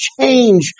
change